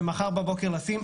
ומחר בבוקר לשים.